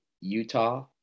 Utah